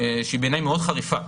שבעיניי היא מאוד חריפה,